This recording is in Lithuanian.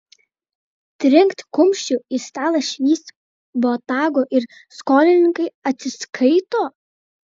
trinkt kumščiu į stalą švyst botagu ir skolininkai atsiskaito